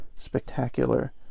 spectacular